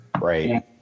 Right